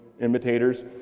imitators